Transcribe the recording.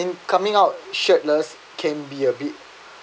coming out shirtless can be a bit